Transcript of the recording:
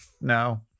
No